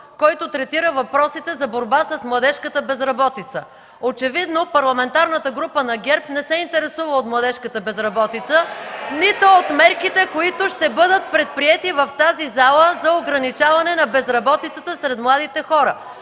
който третира въпросите за борба с младежката безработица. Очевидно Парламентарната група на ГЕРБ не се интересува от младежката безработица (викове от ГЕРБ: „Е-е-е!”), нито от мерките, които ще бъдат предприети в тази зала за ограничаване на безработицата сред младите хора.